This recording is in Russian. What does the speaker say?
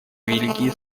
великие